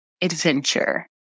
adventure